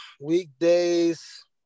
weekdays